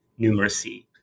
numeracy